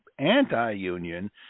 Anti-Union